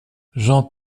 jean